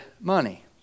money